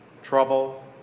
trouble